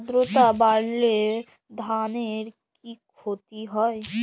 আদ্রর্তা বাড়লে ধানের কি ক্ষতি হয়?